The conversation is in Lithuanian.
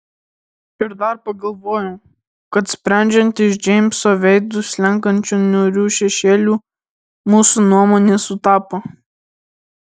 ir dar pagalvojau kad sprendžiant iš džeimso veidu slenkančių niūrių šešėlių mūsų nuomonė sutapo